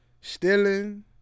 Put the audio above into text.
stealing